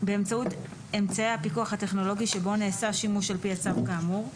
באמצעות אמצעי הפיקוח הטכנולוגי שבו נעשה שימוש על פי הצו כאמור.